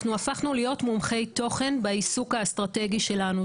אנחנו הפכנו להיות מומחי תוכן בעיסוק האסטרטגי שלנו,